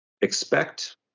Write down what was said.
expect